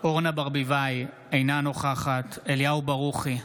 אורנה ברביבאי, אינה נוכחת אליהו ברוכי,